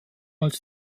als